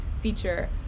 feature